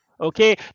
Okay